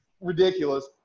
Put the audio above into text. ridiculous